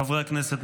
חברי הכנסת,